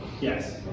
Yes